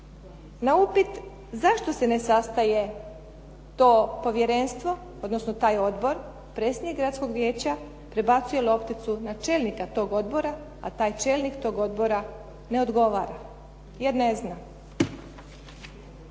Na upit zašto se ne sastaje to povjerenstvo, odnosno taj odbor, predsjednik gradskog vijeća prebacuje lopticu na čelnika tog odbora, a taj čelnik tog odbora ne odgovara jer ne zna.